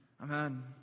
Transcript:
Amen